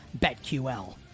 betql